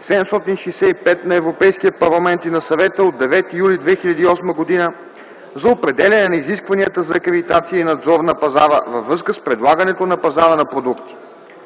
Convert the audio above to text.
765 на Европейския парламент и на Съвета от 9 юли 2008 г. за определяне на изискванията за акредитация и надзор на пазара във връзка с предлагането на пазара на продукти.